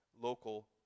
local